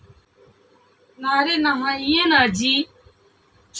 Bank ऋण चुकाने के लिए ब्याज दर क्या है?